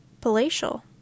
Palatial